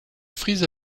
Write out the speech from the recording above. frise